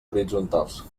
horitzontals